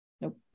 Nope